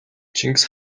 чингис